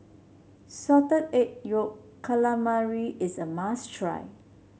Salted Egg Yolk Calamari is a must try